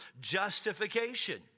justification